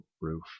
roof